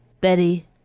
Betty